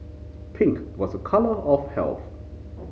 pink was a colour of health